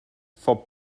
for